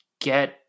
get